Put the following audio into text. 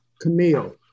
Camille